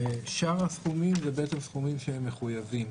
שאר הסכומים הם בעצם סכומים שהם מחויבים